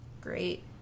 Great